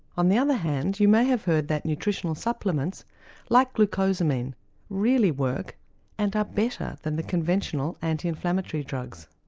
on the other hand you may have heard that nutritional supplements like glucosamine really work and are better than the conventional anti-inflammatory drugs.